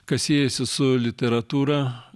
kas siejasi su literatūra